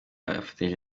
yafatanije